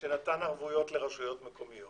שנתן ערבויות לרשויות מקומיות